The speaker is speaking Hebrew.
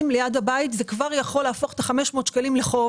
וזה כבר יכול להפוך את ה-500 שקלים לחוב.